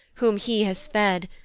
whom he has fed,